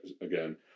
again